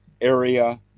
area